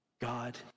God